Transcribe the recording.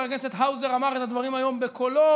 הכנסת האוזר אמר את הדברים היום בקולו,